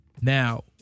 Now